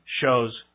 shows